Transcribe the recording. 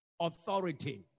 authority